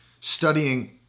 studying